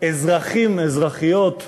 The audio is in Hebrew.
אזרחים ואזרחיות,